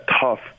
tough